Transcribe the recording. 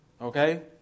Okay